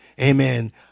amen